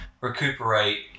recuperate